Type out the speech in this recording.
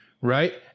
right